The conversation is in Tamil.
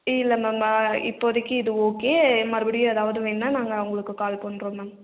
இல்லை மேம் இப்போதைக்கு இது ஓகே மறுபடியும் எதாவது வேணும்னா நாங்கள் உங்களுக்கு கால் பண்ணுறோம் மேம்